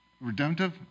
redemptive